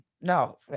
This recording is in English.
No